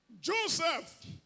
Joseph